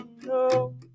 no